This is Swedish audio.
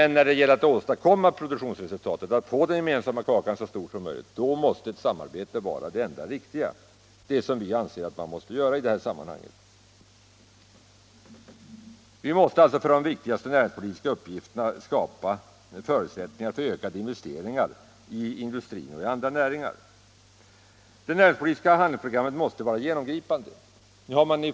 När det gäller att åstadkomma produktionsresultat och att få den gemensamma kakan så stor som möjligt måste dock ett samarbete vara det enda riktiga, och det är det som vi anser måste komma till stånd i detta sammanhang. Det är alltså en av de viktigaste näringspolitiska uppgifterna att skapa förutsättningar för ökade investeringar i industrin och i andra näringar. Det näringspolitiska handlingsprogrammet måste vara övergripande.